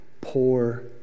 poor